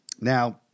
Now